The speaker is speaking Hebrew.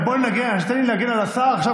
ותן לי להגן על השר עכשיו,